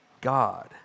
God